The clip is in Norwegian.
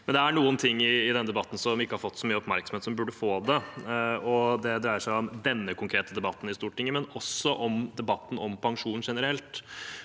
Det er noen ting i denne debatten som ikke har fått så mye oppmerksomhet, men som burde få det. Det dreier seg om denne konkrete debatten i Stortinget, men også om debatten om pensjon generelt.